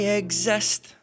exist